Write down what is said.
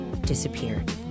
disappeared